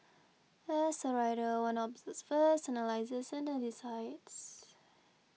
as a writer one observes first analyses and then decides